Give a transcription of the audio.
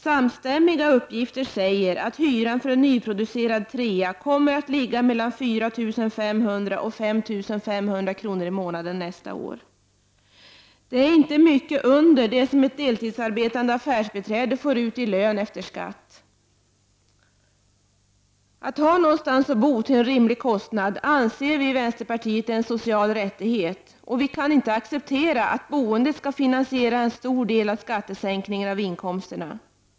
Samstämmiga uppgifter säger att hyran för en nyproducerad trea kommer nästa år att ligga mellan 4 500 kr. och 5 500 kr. i månaden. Det är inte mycket under det som ett deltidsarbetande affärsbiträde får ut i lön efter skatt. Att ha någonstans att bo till en rimlig kostnad anser vi i vänsterpartiet vara en social rättighet. Vi kan därför inte acceptera att boendet skall finansiera en så stor del av inkomstskattesänkningen.